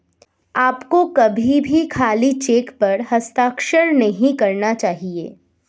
आपको कभी भी खाली चेक पर हस्ताक्षर नहीं करना चाहिए